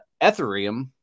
Ethereum